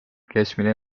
keskmine